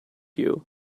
you